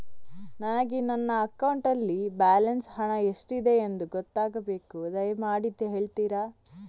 ನನಗೆ ನನ್ನ ಅಕೌಂಟಲ್ಲಿ ಬ್ಯಾಲೆನ್ಸ್ ಹಣ ಎಷ್ಟಿದೆ ಎಂದು ಗೊತ್ತಾಗಬೇಕು, ದಯಮಾಡಿ ಹೇಳ್ತಿರಾ?